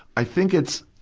i think it's,